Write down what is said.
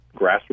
grassroots